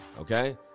okay